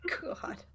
God